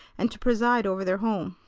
and to preside over their home.